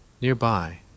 Nearby